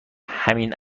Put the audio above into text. همین